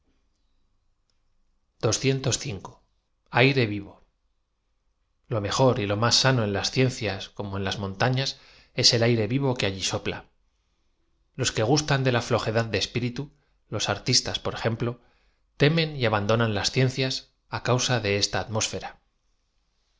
o meior y lo más sano en laa ciencias como en laa montañaa es el a ire v iv o que alli sopla los que guatan de la flojedad de eapídtu loa artistas por ejem plo temen y abandonan las cienctaa á causa de esta atmósfera